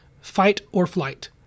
fight-or-flight